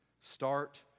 Start